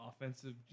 Offensive